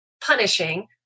punishing